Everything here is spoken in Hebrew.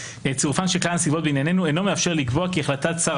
"צירופן של כלל הנסיבות בעניינינו אינו מאפשר לקבוע כי החלטת שר